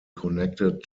connected